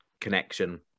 connection